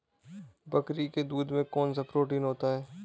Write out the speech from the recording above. बकरी के दूध में कौनसा प्रोटीन होता है?